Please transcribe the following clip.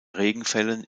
regenfällen